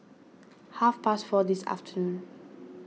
half past four this afternoon